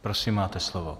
Prosím, máte slovo.